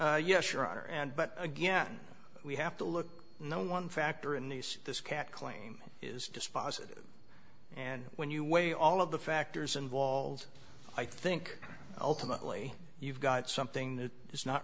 y yes sure and but again we have to look no one factor in nice this cat claim is dispositive and when you weigh all of the factors involved i think ultimately you've got something that is not